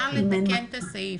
אפשר לתקן את הסעיף.